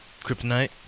Kryptonite